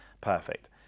Perfect